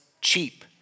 cheap